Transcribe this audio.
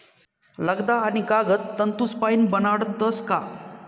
लगदा आणि कागद तंतूसपाईन बनाडतस का